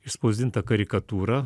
išspausdinta karikatūra